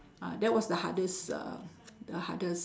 uh that was the hardest uh the hardest